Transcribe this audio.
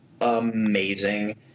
amazing